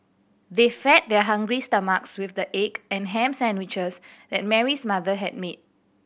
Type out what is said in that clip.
they fed their hungry stomachs with the egg and ham sandwiches that Mary's mother had made